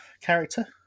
character